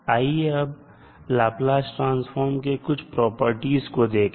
आइए अब Laplace transform के कुछ प्रॉपर्टीज को देखें